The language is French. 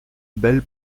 belle